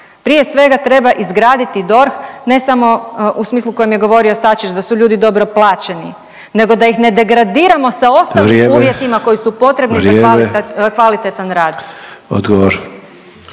Prije svega treba izgraditi DORH ne samo u smislu kojem je govorio Sačić da su ljudi dobro plaćeni, nego da ih ne degradiramo sa osnovnim … …/Upadica Sanader: